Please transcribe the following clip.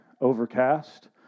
overcast